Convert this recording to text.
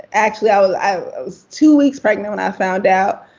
actually, ah ah i was two weeks' pregnant when i found out.